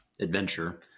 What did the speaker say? adventure